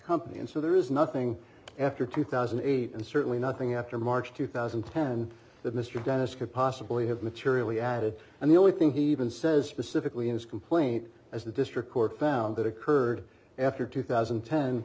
company and so there is nothing after two thousand and eight and certainly nothing after march two thousand and ten that mr dennis could possibly have materially added and the only thing he even says specifically in his complaint as the district court found that occurred after two thousand